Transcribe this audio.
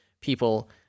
people